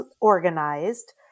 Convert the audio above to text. organized